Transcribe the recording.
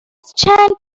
چند